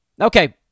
Okay